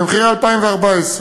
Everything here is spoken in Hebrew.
במחירי 2014,